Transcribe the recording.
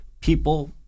people